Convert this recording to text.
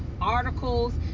Articles